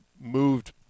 moved